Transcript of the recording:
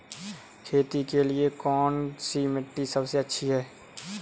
खेती के लिए कौन सी मिट्टी सबसे अच्छी है?